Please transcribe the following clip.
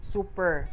Super